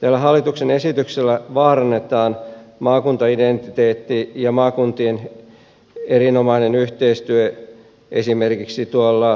tällä hallituksen esityksellä vaarannetaan maakuntaidentiteetti ja maakuntien erinomainen yhteistyö esimerkiksi tuolla savossa